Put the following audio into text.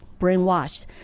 brainwashed